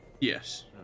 yes